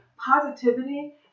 Positivity